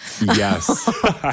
Yes